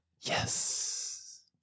Yes